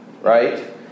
right